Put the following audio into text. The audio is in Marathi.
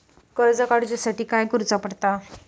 कर्ज काडूच्या साठी काय करुचा पडता?